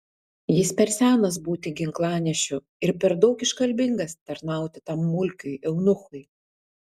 jis per senas būti ginklanešiu ir per daug iškalbingas tarnauti tam mulkiui eunuchui